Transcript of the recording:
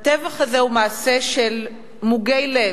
הטבח הזה הוא מעשה של מוגי לב,